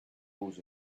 rules